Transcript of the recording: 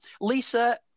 Lisa